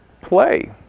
play